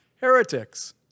heretics